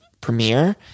premiere